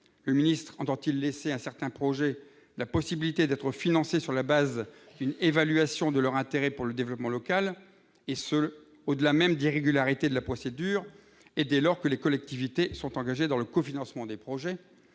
Le ministre entend-il laisser à certains projets la possibilité d'être financés sur la base d'une évaluation de leur intérêt pour le développement local, et ce au-delà même d'irrégularités de la procédure, et dès lors que les collectivités sont engagées dans le cofinancement des projets ?